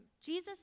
Jesus